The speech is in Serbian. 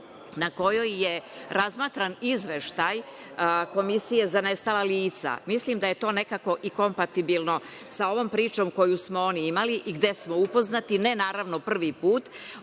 na kojoj je razmatran izveštaj Komisije za nestala lica. Mislim da je to nekako i kompatibilno sa ovom pričom koju smo imali i gde smo upoznati ne naravno prvi put